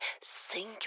sink